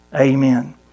Amen